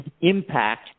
impact